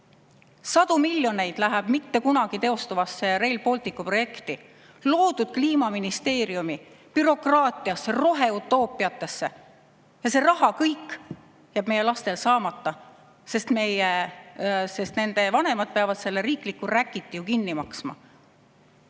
Sadu miljoneid läheb mitte kunagi teostuvasse Rail Balticu projekti, loodud Kliimaministeeriumi, bürokraatiasse, roheutoopiatesse. Ja see raha jääb kõik meie lastel saamata, sest nende vanemad peavad selle riikliku räkiti ju kinni maksma.